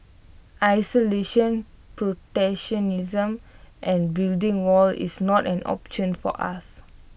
isolation protectionism and building walls is not an option for us